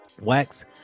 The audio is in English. wax